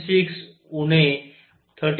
6 उणे 13